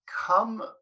come